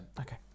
Okay